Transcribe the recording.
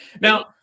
Now